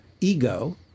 ego